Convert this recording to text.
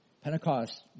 Pentecost